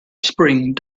spring